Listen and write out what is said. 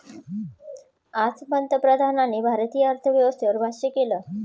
आज पंतप्रधानांनी भारतीय अर्थव्यवस्थेवर भाष्य केलं